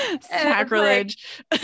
sacrilege